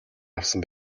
авсан